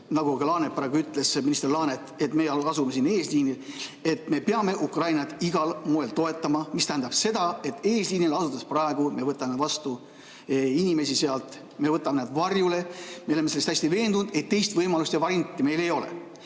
nagu ka Laanet praegu ütles, minister Laanet, et me asume eesliinil ja me peame Ukrainat igal moel toetama. See tähendab seda, et eesliinil asudes me võtame sealt vastu inimesi, me võtame nad varjule, me oleme täiesti veendunud, et teist võimalust ja varianti meil ei ole.